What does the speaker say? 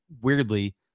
weirdly